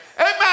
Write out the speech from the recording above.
Amen